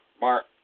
Mark